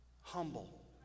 humble